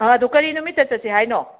ꯑꯗꯣ ꯀꯔꯤ ꯅꯨꯃꯤꯠꯇ ꯆꯠꯁꯤ ꯍꯥꯏꯅꯣ